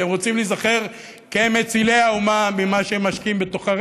כי הם רוצים להיזכר כמצילי האומה במה שהם משקיעים בתוכה.